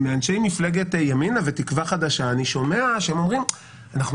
מאנשי מפלגת ימינה ותקווה חדשה אני שומע שהם אומרים שהם